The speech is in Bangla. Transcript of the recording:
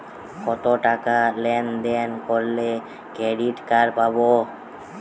কতটাকা লেনদেন করলে ক্রেডিট কার্ড পাব?